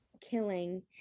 killing